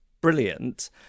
brilliant